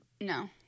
No